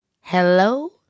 Hello